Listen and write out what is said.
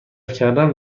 کردن